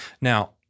Now